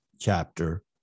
Chapter